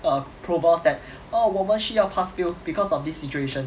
err provost that oh 我们需要 pass fail because of this situation